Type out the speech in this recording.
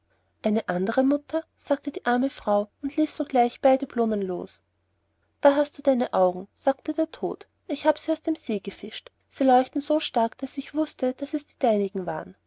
eine andere mutter sagte die arme frau und ließ sogleich beide blumen los da hast du deine augen sagte der tod ich habe sie aus dem see aufgefischt sie leuchteten so stark ich wußte nicht daß es die deinigen waren